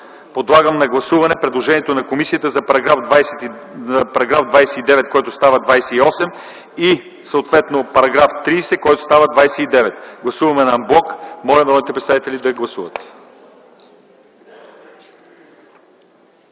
Подлагам на гласуване предложението на комисията за § 29, който става § 28, и съответно § 30, който става § 29. Гласуваме ан блок. Моля народните представители да гласуват.